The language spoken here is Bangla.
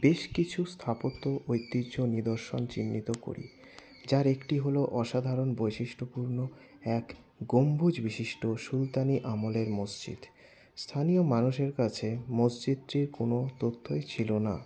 বেশ কিছু স্থাপত্য ঐতিহ্য নিদর্শন চিহ্নিত করি যার একটি হল অসাধারণ বৈশিষ্ট্যপূর্ণ এক গম্বুজ বিশিষ্ট সুলতানি আমলের মসজিদ স্থানীয় মানুষের কাছে মসজিদটির কোনো তথ্যই ছিল না